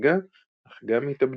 הריגה אך גם התאבדות.